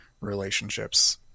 relationships